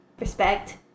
respect